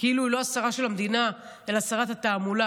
כאילו היא לא השרה של המדינה אלא שרת התעמולה,